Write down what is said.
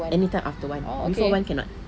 anytime after one before one cannot